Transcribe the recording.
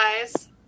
guys